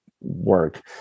work